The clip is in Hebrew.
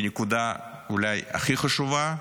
והיא אולי הנקודה הכי חשובה,